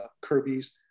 Kirby's